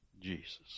Jesus